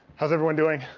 how's everyone doing